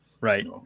Right